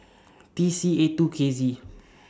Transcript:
T C eight two K Z